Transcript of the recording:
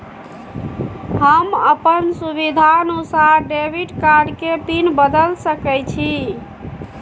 हम अपन सुविधानुसार डेबिट कार्ड के पिन बदल सके छि?